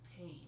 pain